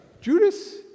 Judas